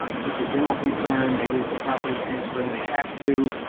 ah just a general concern, maybe it's a property transfer and they have to,